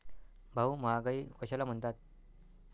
भाऊ, महागाई कशाला म्हणतात?